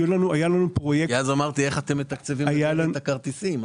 אז אמרתי: איך אתם מתקצבים את הכרטיסים?